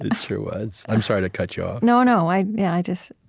it sure was. i'm sorry to cut you off no, no, i yeah i just,